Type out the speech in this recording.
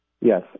Yes